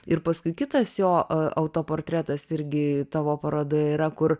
ir paskui kitas jo autoportretas irgi tavo parodoje yra kur